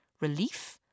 relief